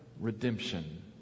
redemption